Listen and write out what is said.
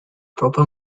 proper